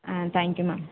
ah thank you ma'am